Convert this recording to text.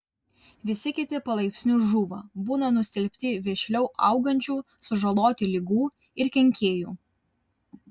visi kiti palaipsniui žūva būna nustelbti vešliau augančių sužaloti ligų ir kenkėjų